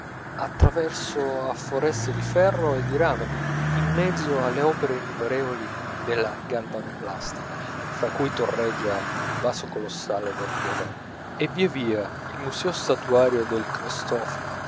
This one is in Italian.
traverso a foreste di ferro e di rame in mezzo alle opere innumerevoli della galvanoplastica fra cui torreggia il vaso colossale del dorè e via via il museo statuario del